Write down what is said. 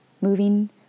Moving